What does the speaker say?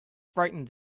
frightened